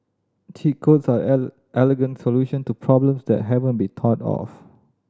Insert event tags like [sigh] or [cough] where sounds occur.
cheat codes are [unintelligible] elegant solution to problems that haven't been thought of